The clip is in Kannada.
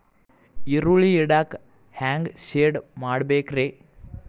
ಈರುಳ್ಳಿ ಇಡಾಕ ಹ್ಯಾಂಗ ಶೆಡ್ ಮಾಡಬೇಕ್ರೇ?